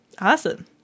Awesome